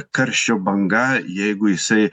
karščio banga jeigu jisai